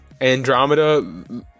Andromeda